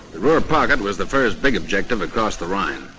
ruhr pocket was the first big objective across the rhine.